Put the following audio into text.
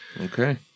Okay